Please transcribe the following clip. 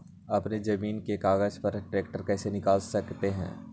अपने जमीन के कागज पर ट्रैक्टर कैसे निकाल सकते है?